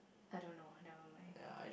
I don't know nevermind